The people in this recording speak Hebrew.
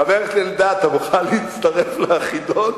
חבר הכנסת אלדד, אתה מוכן להצטרף לחידון?